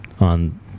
on